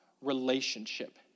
relationship